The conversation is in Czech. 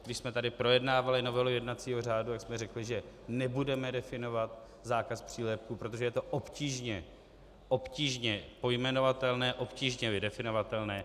Když jsme tady projednávali novelu jednacího řádu, tak jsme řekli, že nebudeme definovat zákaz přílepků, protože je to obtížně pojmenovatelné, obtížně vydefinovatelné.